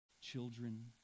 children